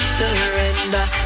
surrender